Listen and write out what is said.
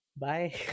Bye